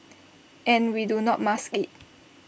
and we do not mask IT